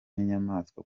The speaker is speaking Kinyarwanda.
nk’inyamaswa